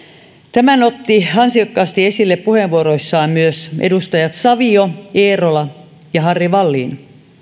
tämän ottivat ansiokkaasti esille puheenvuoroissaan myös edustajat savio eerola ja harry wallin